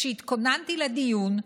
כשהתכוננתי לדיון,